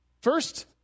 First